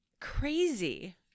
crazy